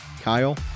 Kyle